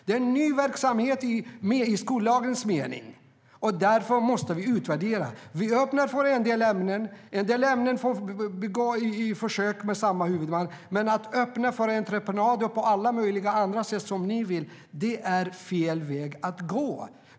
Det är en ny verksamhet i skollagens mening, och därför måste vi utvärdera. Vi öppnar för en del ämnen, där försök får göras med samma huvudman, men att öppna för entreprenad och alla möjliga sätt som ni vill är fel väg att gå.